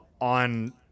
on